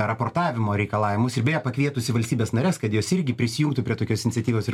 raportavimo reikalavimus ir beje pakvietusi valstybes nares kad jos irgi prisijungtų prie tokios iniciatyvos ir